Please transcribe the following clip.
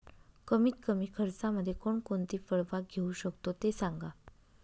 कमीत कमी खर्चामध्ये कोणकोणती फळबाग घेऊ शकतो ते सांगा